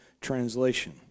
translation